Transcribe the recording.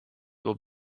will